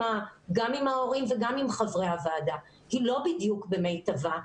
עם ההורים וגם עם חברי הוועדה היא לא בדיוק במיטבה,